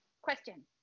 question